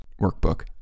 workbook